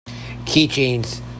Keychains